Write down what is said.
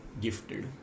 gifted